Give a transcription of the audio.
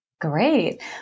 Great